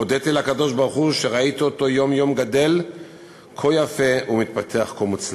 הודיתי לקדוש-ברוך-הוא שראיתי אותו יום-יום גדל כה יפה ומתפתח כה מוצלח.